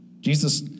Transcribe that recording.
Jesus